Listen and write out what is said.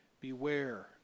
Beware